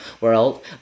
world